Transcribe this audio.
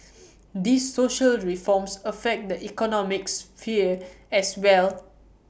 these social reforms affect the economic sphere as well